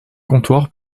comptoir